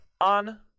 On